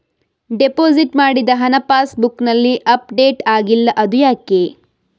Deposit ಮಾಡಿದ ಹಣ pass ಬುಕ್ನಲ್ಲಿ ಅಪ್ಡೇಟ್ ಆಗಿಲ್ಲ ಅದು ಯಾಕೆ?